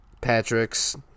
Patrick's